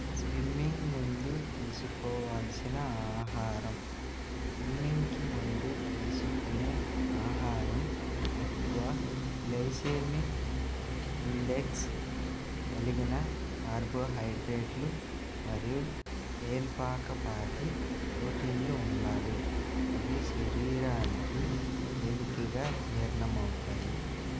swimming ముందు తీసుకోవాల్సిన ఆహారం స్విమ్మింగ్కి ముందు తీసుకునే ఆహారం ఎక్కువ గ్లైసేమిక్ ఇండెక్స్ కలిగిన కార్బోహైడ్రేట్లు మరియు తేలికపాటి ప్రోటీన్లు ఉండాలి అవి శరీరానికి తేలికగా జీర్ణం అవుతాయి